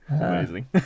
amazing